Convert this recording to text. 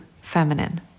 feminine